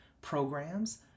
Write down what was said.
programs